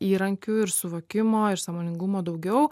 įrankių ir suvokimo ir sąmoningumo daugiau